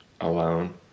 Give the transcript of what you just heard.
alone